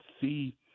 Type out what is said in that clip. see